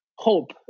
hope